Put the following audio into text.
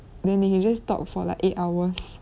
then they can just talk for like eight hours